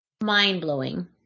mind-blowing